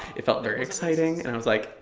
it felt very exciting. and i was like,